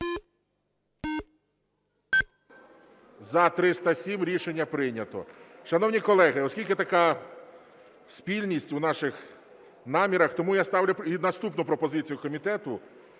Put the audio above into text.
За-307 Рішення прийнято. Шановні колеги, оскільки така спільність у наших намірах, тому я ставлю і наступну пропозицію комітету